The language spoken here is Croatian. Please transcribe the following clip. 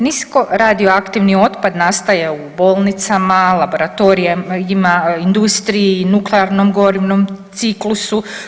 Niskoradioaktivni otpad nastaje u bolnicama, laboratorijima, industriji i nuklearnom gorivu, ciklusu.